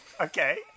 Okay